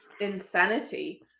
insanity